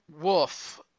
Wolf